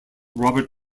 robert